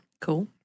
Cool